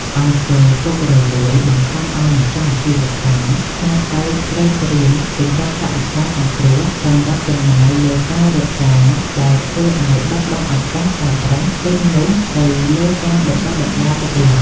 អំពើពុករលួយ បង្ខំឱ្យម្ចាស់អាជីវកម្មខ្នាតតូចត្រូវត្រៀម "កញ្ចប់ថវិកាសង្គ្រោះ" សម្រាប់ចំណាយលើការរត់ការ ដែលធ្វើឱ្យបាត់បង់ឱកាសប្រើប្រាស់ទុននោះទៅលើការបណ្ដុះបណ្ដាលបុគ្គលិក។